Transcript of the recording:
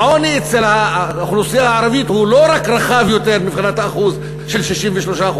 העוני אצל האוכלוסייה הערבית הוא לא רק רחב יותר מבחינת האחוז של 63%,